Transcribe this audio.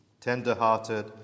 tender-hearted